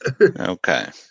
Okay